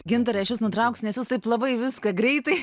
gintarai aš jus nutrauksiu nes jūs taip labai viską greitai